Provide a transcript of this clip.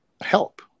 help